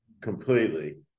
completely